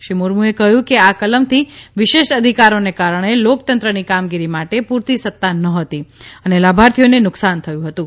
શ્રી મુર્મુએ કહ્યું કે આ કલમથી વિશેષ અધિકારોને કારણે લોકતંત્રની કામગીરી માટે પૂરતી સત્તા નહોતી અને લાભાર્થીઓને નુકસાન થતું હતું